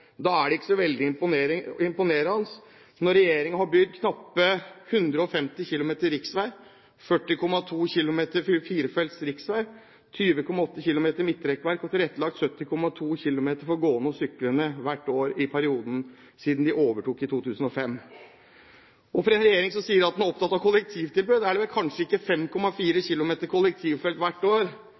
Da er det ikke så veldig imponerende at regjeringen har bygd knappe 150 km riksvei, 40,2 km firefelts riksvei og 20,8 km midtrekkverk og tilrettelagt 70,2 km for gående og syklende hvert år i perioden siden den overtok i 2005. Og for en regjering som sier at den er opptatt av kollektivtilbudet, er vel kanskje ikke 5,4 km kollektivfelt hvert år